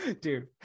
Dude